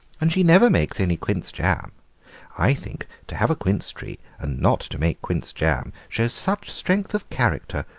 and she never makes any quince jam i think to have a quince tree and not to make quince jam shows such strength of character.